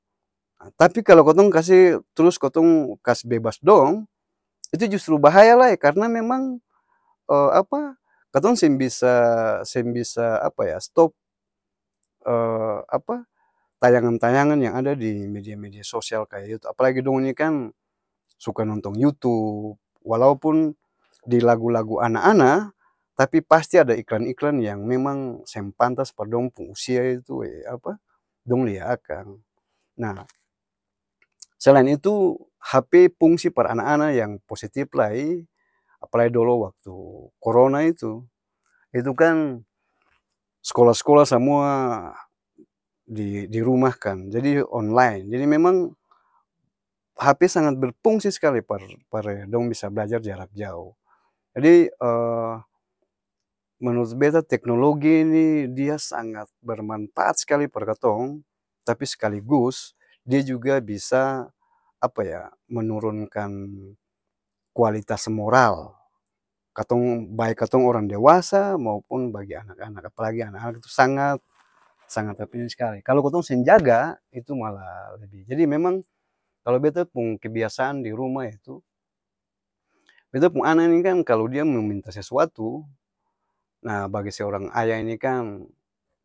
Aa tapi kalo katong kase, trus kotong kas bebas dong itu justru bahaya lae karna memang, katong seng bisa seng bisa apa ya? Stop tayangan-tayangan yang ada di media-media sosial kaya yut apalagi dong ini kan, suka nontong yutup, walaupun di lagu-lagu ana-ana, tapi pasti ada iklan-iklan yang memang seng pantas par dong pung usia itu dong lia akang, nah selain itu, hape pungsi par ana-ana yang positip lai, apalai dolo waktu korona itu, itu kan s'kola-s'kola samua, di di-rumahkan jadi onlain jadi memang, hape sangat berpungsi sekali par par'e-dong bisa b'lajar jarak jau jadi menurut beta teknologi ini dia sangat bermanpaat s'kali par katong tapi sekaligus dia juga bisa apa ya? Menurunkan kualitas moral, katong bae katong orang dewasa, maupun bagi anak-anak apalagi anak-anak tu sangat sangat-apa ni s'kali, kalo katong seng jaga itu malah lebih jadi memang, kalo beta pung kebiasaan di ruma itu, beta pung ana ni kan kalo dia mo minta sesuatu, naa bage seorang ayah ni kan.